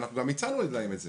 אנחנו גם הצענו להם את זה.